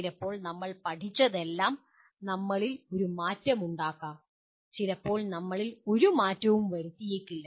ചിലപ്പോൾ നമ്മൾ പഠിച്ചതെല്ലാം നമ്മളിൽ ഒരു മാറ്റമുണ്ടാക്കാം ചിലപ്പോൾ നമ്മളിൽ ഒരു മാറ്റവും വരുത്തിയേക്കില്ല